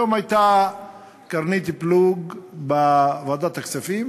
היום הייתה קרנית פלוג בוועדת הכספים,